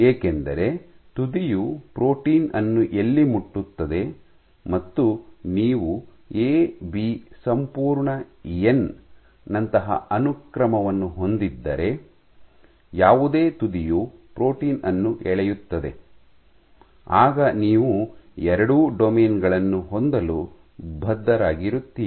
ಏಕೆಂದರೆ ತುದಿಯು ಪ್ರೋಟೀನ್ ಅನ್ನು ಎಲ್ಲಿ ಮುಟ್ಟುತ್ತದೆ ಮತ್ತು ನೀವುಎ ಬಿ ಸಂಪೂರ್ಣ ಎನ್ ನಂತಹ ಅನುಕ್ರಮವನ್ನು ಹೊಂದಿದ್ದರೆ ಯಾವುದೇ ತುದಿಯು ಪ್ರೋಟೀನ್ ಅನ್ನು ಎಳೆಯುತ್ತದೆ ಆಗ ನೀವು ಎರಡೂ ಡೊಮೇನ್ ಗಳನ್ನು ಹೊಂದಲು ಬದ್ಧರಾಗಿರುತ್ತೀರಿ